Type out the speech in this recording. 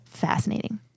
fascinating